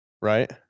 right